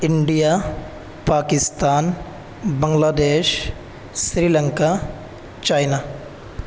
India Pakistan Bangladesh Sri Lanka China